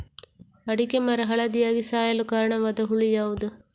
ಅಡಿಕೆ ಮರ ಹಳದಿಯಾಗಿ ಸಾಯಲು ಕಾರಣವಾದ ಹುಳು ಯಾವುದು?